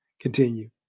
Continue